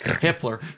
Hitler